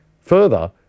Further